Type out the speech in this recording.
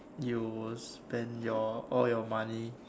you will spend your all your money